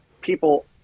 people